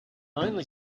only